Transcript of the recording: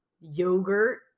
yogurt